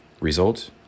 Result